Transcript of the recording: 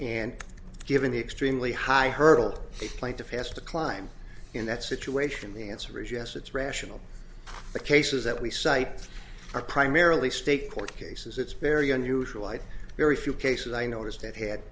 and given the extremely high hurdle the plaintiff has to climb in that situation the answer is yes it's rational the cases that we cite are primarily state court cases it's very unusual i'd very few cases i noticed that had